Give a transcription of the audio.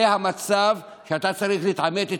זה המצב שאתה צריך להתעמת איתו,